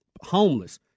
homeless